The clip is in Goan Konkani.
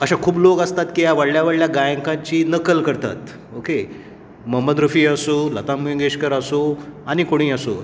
अश्यें खूब लोक आसता की ह्या व्हडल्या वह्डल्या गायकांची नकल करतात मोहोम्मद रफी आसू लता मंगेशकर आसूं आनी कोणिय आसूं